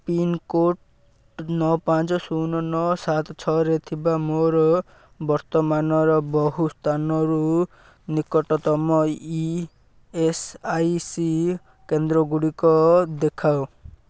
pincode ନଅ ପାଞ୍ଚ ଶୂନ ନଅ ସାତ ଛଅରେ ଥିବା ମୋର ବର୍ତ୍ତମାନର ବହୁ ସ୍ଥାନରୁ ନିକଟତମ ଇ ଏସ୍ ଆଇ ସି କେନ୍ଦ୍ରଗୁଡ଼ିକ ଦେଖାଅ